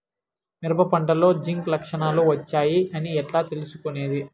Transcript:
మిరప పంటలో జింక్ లక్షణాలు వచ్చాయి అని ఎట్లా తెలుసుకొనేది?